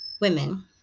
women